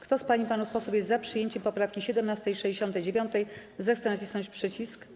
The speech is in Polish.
Kto z pań i panów posłów jest za przyjęciem poprawek 17. i 69., zechce nacisnąć przycisk.